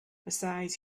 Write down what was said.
besides